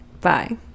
Bye